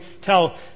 tell